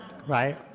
right